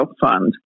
fund